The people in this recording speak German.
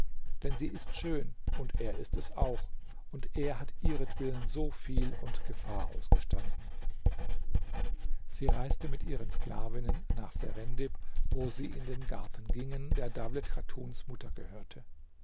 denn sie ist schön und er ist es auch und er hat ihretwillen so viel und gefahr ausgestanden sie reiste mit ihren sklavinnen nach serendib wo sie in den garten gingen der dawlet chatuns mutter gehörte